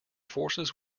forces